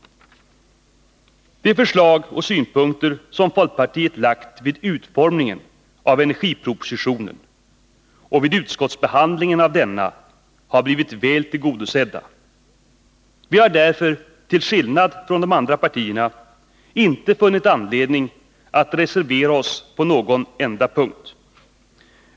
De förslag och synpunkter som folkpartiet haft vid utformningen av energipropositionen och vid utskottsbehandlingen av denna har blivit väl tillgodosedda. Vi har därför, till skillnad från de andra partierna, inte funnit anledning att reservera oss på någon enda punkt.